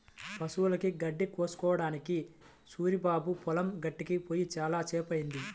పశువులకి గడ్డి కోసుకురావడానికి సూరిబాబు పొలం గట్టుకి పొయ్యి చాలా సేపయ్యింది